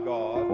God